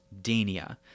Dania